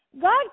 God